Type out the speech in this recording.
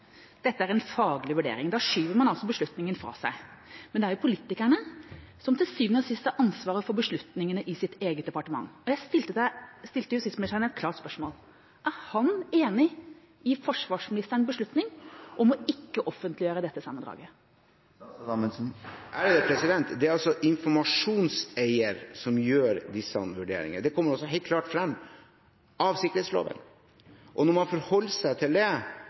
Dette er «en faglig vurdering». Da skyver man altså beslutningen fra seg. Men det er politikerne som til syvende og sist har ansvaret for beslutningene i sitt eget departement. Jeg stilte justis- og beredskapsministeren et klart spørsmål: Er han enig i forsvarsministerens beslutning om å ikke offentliggjøre dette sammendraget? Det er altså informasjonseier som gjør disse vurderingene. Det kommer helt klart frem av sikkerhetsloven. Det er helt naturlig for meg som justisminister å forholde meg til de faglige vurderingene som gjøres i Forsvarsdepartementet. Det er det som det